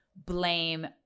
blame